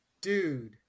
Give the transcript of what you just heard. Dude